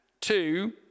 two